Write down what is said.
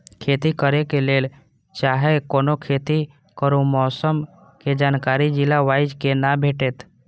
खेती करे के लेल चाहै कोनो खेती करू मौसम के जानकारी जिला वाईज के ना भेटेत?